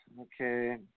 okay